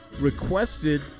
requested